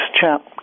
chap